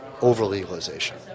over-legalization